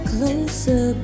Closer